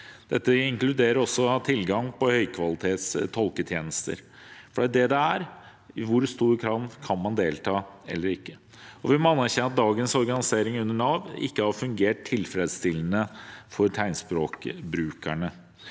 Dette inkluderer også å ha tilgang på høykvalitets tolketjenester. For det er det det handler om: I hvor stor grad kan man delta, eller ikke? Vi må anerkjenne at dagens organisering under Nav ikke har fungert tilfredsstillende for tegnspråkbrukerne.